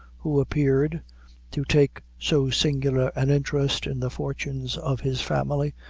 who appeared to take so singular an interest in the fortunes of his family,